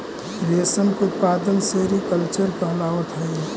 रेशम के उत्पादन सेरीकल्चर कहलावऽ हइ